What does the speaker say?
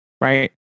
Right